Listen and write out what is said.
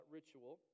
ritual